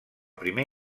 primer